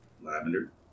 Lavender